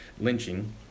lynching